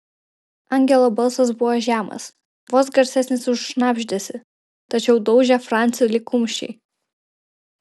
angelo balsas buvo žemas vos garsesnis už šnabždesį tačiau daužė francį lyg kumščiai